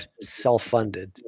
self-funded